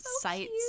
sites